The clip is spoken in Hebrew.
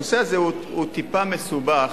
הנושא הזה הוא טיפה מסובך,